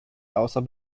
außer